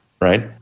Right